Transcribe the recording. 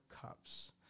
cups